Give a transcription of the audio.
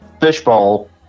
fishbowl